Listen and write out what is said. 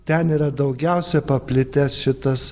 ten yra daugiausia paplitęs šitas